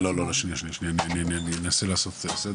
שנייה ננסה לעשות כאן סדר,